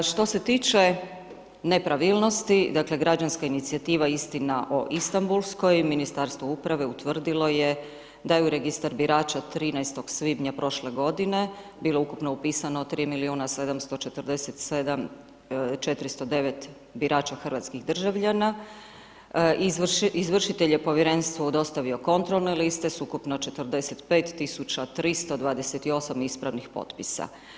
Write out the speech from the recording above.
Što se tiče nepravilnosti, dakle građanska inicijativa „Istina o Istanbulskoj“ , Ministarstvo uprave utvrdilo je da je u Registar birača 13. svibnja prošle godine bilo ukupno upisano 3 747 409 birača hrvatskih državljana, izvršitelj je povjerenstvu dostavio kontrolne liste s ukupno 45 328 ispravnih potpisa.